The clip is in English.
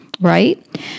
right